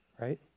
right